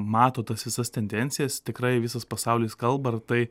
mato tas visas tendencijas tikrai visas pasaulis kalba ar tai